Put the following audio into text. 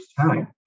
time